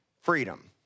freedom